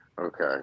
Okay